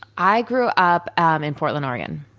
i grew up um in portland, oregon.